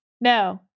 No